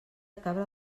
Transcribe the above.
cabra